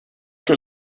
que